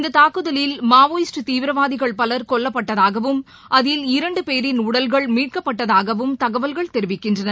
இந்ததாக்குதலில் Maoist தீவிரவாதிகள் பலர் கொல்லப்பட்டதாகவும் அதில் இரண்டுபேரின் உடல்கள் மீட்கப்பட்டதாகவும் தகவல்கள் தெரிவிக்கின்றன